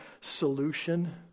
solution